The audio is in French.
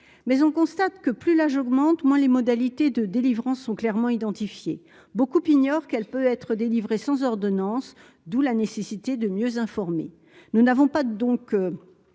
mais on constate que plus l'âge augmente, moins les modalités de délivrance sont clairement identifiés beaucoup ignorent qu'elle peut être délivré sans ordonnance, d'où la nécessité de mieux informer, nous n'avons pas donc